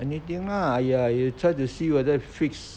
anything ah !aiya! you try to see whether fits